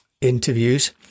interviews